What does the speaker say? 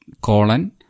colon